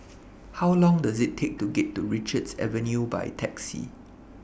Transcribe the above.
How Long Does IT Take to get to Richards Avenue By Taxi